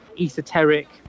esoteric